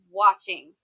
watching